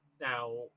Now